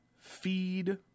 feed